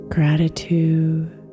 Gratitude